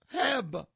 Heb